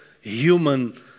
human